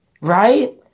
right